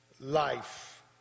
life